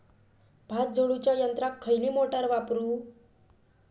भात झोडूच्या यंत्राक खयली मोटार वापरू?